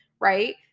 right